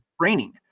training